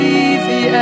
easy